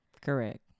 Correct